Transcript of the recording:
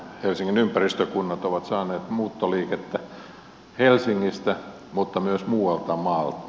helsingin ympäristökunnat ovat saaneet muuttoliikettä helsingistä mutta myös muualta maasta